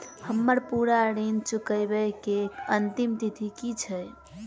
हम्मर पूरा ऋण चुकाबै केँ अंतिम तिथि की छै?